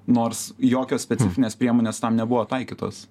nors jokios specifinės priemonės tam nebuvo taikytos